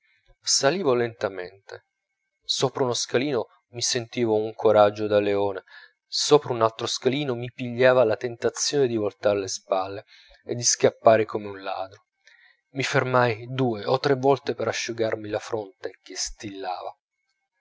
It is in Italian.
salivo lentamente sopra uno scalino mi sentivo un coraggio da leone sopra un altro scalino mi pigliava la tentazione di voltar le spalle e di scappar come un ladro mi fermai due o tre volte per asciugarmi la fronte che stillava